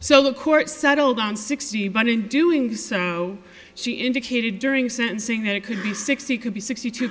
so the court settled on sixty but in doing so she indicated during sentencing that it could be sixty could be sixty two